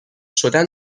شدن